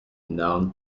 non